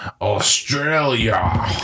Australia